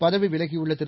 பதவி விலகியுள்ள திரு